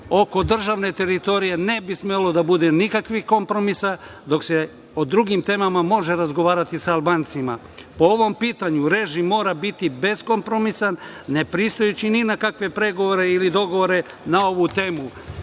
oko državne teritorije ne bi smelo da bude nikakvih kompromisa dok se o drugim temama može razgovarati sa Albancima. Po ovom pitanju režim mora biti beskompromisan, ne pristajući ni na kakve pregovore ili dogovore na ovu temu.